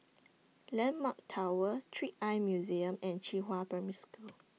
Landmark Tower Trick Eye Museum and Qihua Primary School